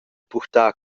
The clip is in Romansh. purtar